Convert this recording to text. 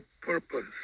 purpose